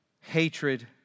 hatred